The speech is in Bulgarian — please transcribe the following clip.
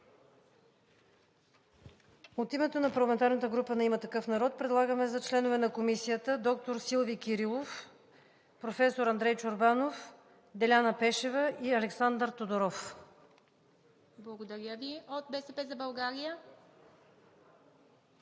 От името на парламентарната група на „Има такъв народ“ предлагаме за членове на Комисията доктор Силви Кирилов, професор Андрей Чорбанов, Деляна Пешева и Александър Тодоров. ПРЕДСЕДАТЕЛ ИВА МИТЕВА: Благодаря Ви. От „БСП за България“?